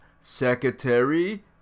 Secretary